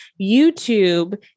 YouTube